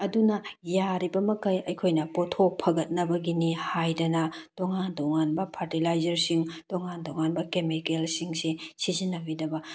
ꯑꯗꯨꯅ ꯌꯥꯔꯤꯕ ꯃꯈꯩ ꯑꯩꯈꯣꯏꯅ ꯄꯣꯠꯊꯣꯛ ꯐꯒꯠꯅꯕꯅꯤ ꯍꯥꯏꯗꯅ ꯇꯣꯉꯥꯟ ꯇꯣꯉꯥꯟꯕ ꯐꯔꯇꯤꯂꯥꯏꯖꯔꯁꯤꯡ ꯇꯣꯉꯥꯟ ꯇꯣꯉꯥꯟꯕ ꯀꯦꯃꯤꯀꯦꯜꯁꯤꯡꯁꯤ ꯁꯤꯖꯤꯟꯅꯕꯤꯗꯕ